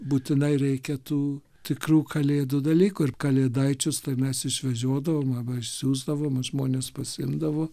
būtinai reikia tų tikrų kalėdų dalykų ir kalėdaičius tai mes išvežiodavom arba išsiųsdavom žmonės pasiimdavo